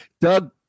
doug